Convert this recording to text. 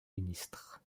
ministre